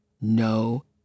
no